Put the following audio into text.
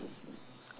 okay